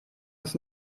uns